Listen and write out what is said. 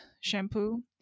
shampoo